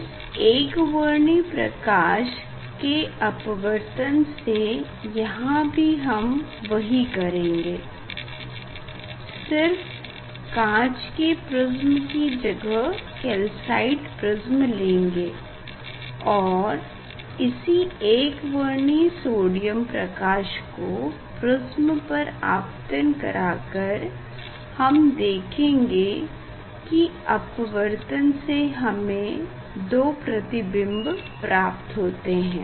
इस एकवर्णी प्रकाश के अपवर्तन से यहाँ भी हम वही करेंगे सिर्फ काँच के प्रिस्म की जगह कैल्साइट प्रिस्म लेंगे और इसी एकवर्णी सोडियम प्रकाश को प्रिस्म पर आपतन करा कर हम देखेंगे कि अपवर्तन से हमे 2 प्रतिबिंब प्राप्त होते हैं